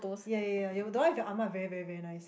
ya ya ya that one with your ah ma very very very nice